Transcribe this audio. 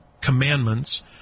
commandments